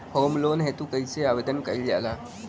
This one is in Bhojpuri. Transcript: होम लोन हेतु कइसे आवेदन कइल जाला?